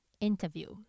interview